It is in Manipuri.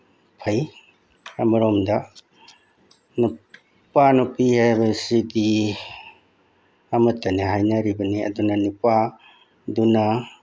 ꯐꯩ ꯑꯃꯔꯣꯝꯗ ꯅꯨꯄꯥ ꯅꯨꯄꯤ ꯍꯥꯏꯕꯁꯤꯗꯤ ꯑꯃꯠꯇꯅꯤ ꯍꯥꯏꯅꯔꯤꯕꯅꯤ ꯑꯗꯨꯅ ꯅꯨꯄꯥꯗꯨꯅ